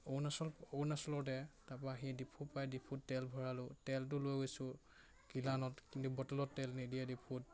অৰুণাচল অৰুণাচলতে তাৰপা আহি ডিপু পাই ডিপুত তেল ভৰালোঁ তেলটো লৈ গৈছোঁ গিলানত কিন্তু বটলত তেল নিদিয়ে ডিপুত